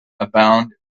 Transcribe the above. abound